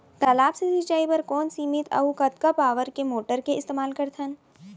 तालाब से सिंचाई बर कोन सीमित अऊ कतका पावर के मोटर के इस्तेमाल करथन?